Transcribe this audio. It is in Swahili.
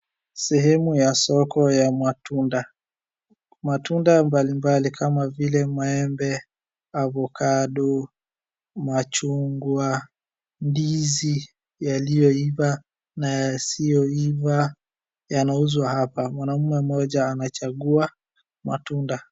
Seemu ya soko ya matunda, matunda mbali mbali kama vile maembe, avocado, machungwa, ndizi yaliyoiva au yasiyoiva yanauzwa hapa. Mwanaume mmoja anachagua matunda.